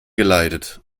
geleitet